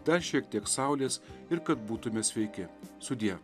dar šiek tiek saulės ir kad būtume sveiki sudie